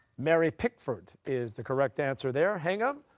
mary pickford is the correct answer there. hingham,